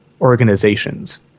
organizations